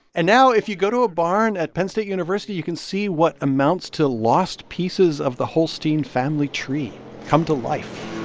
and now if you go to a barn at penn state university, you can see what amounts to lost pieces of the holstein family tree come to life